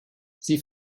sie